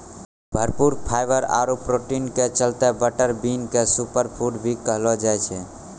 भरपूर फाइवर आरो प्रोटीन के चलतॅ बटर बीन क सूपर फूड भी कहलो जाय छै